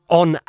on